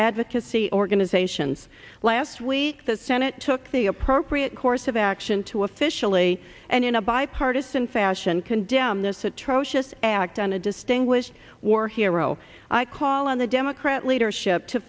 advocacy organise haitians last week the senate took the appropriate course of action to officially and in a bipartisan fashion condemn this atrocious act on a distinguished war hero i call on the democrat leadership to